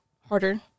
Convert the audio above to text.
harder